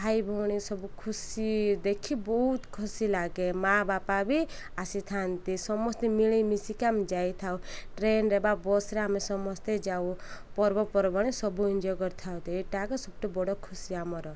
ଭାଇ ଭଉଣୀ ସବୁ ଖୁସି ଦେଖି ବହୁତ ଖୁସି ଲାଗେ ମାଆ ବାପା ବି ଆସିଥାନ୍ତି ସମସ୍ତେ ମିଳିମିଶିକି ଆମେ ଯାଇଥାଉ ଟ୍ରେନ୍ରେ ବା ବସ୍ରେ ଆମେ ସମସ୍ତେ ଯାଉ ପର୍ବପର୍ବାଣି ସବୁ ଏନ୍ଞ୍ଜଏ କରିଥାଉ ଏଇଟା ଯାକ ସବୁଠୁ ବଡ଼ ଖୁସି ଆମର